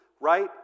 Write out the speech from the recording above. right